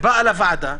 ובאה לוועדה,